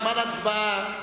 זמן הצבעה,